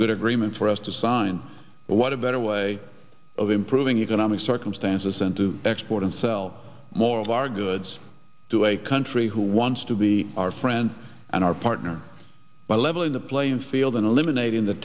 good agreement for us to sign but what a better way of improving economic circumstances and to export and sell more of our goods to a country who wants to be our friend and our partner by leveling the playing field and eliminating the